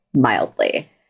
mildly